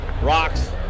Rocks